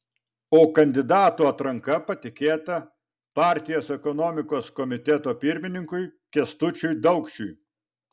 o kandidatų atranka patikėta partijos ekonomikos komiteto pirmininkui kęstučiui daukšiui